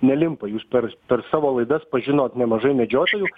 nelimpa jūs per per savo laidas pažinot nemažai medžiotojų